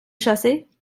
chassez